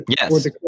Yes